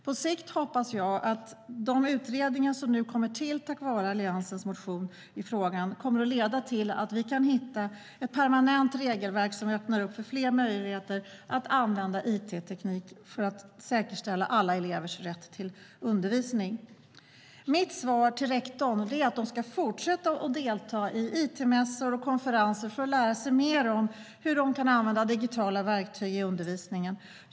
På sikt hoppas jag att de utredningar som nu kommer till tack vare Alliansens motion i frågan kommer att leda till att vi kan hitta ett permanent regelverk som öppnar för fler möjligheter att använda it för att säkerställa alla elevers rätt till undervisning. Mitt svar till rektorn är att de ska fortsätta att delta i it-mässor och konferenser för att lära sig mer om hur de kan använda digitala verktyg i undervisningen.